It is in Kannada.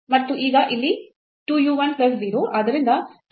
ಆದ್ದರಿಂದ 2 ಮತ್ತು u 1